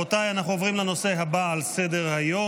רבותיי, אנחנו עוברים לנושא הבא על סדר-היום,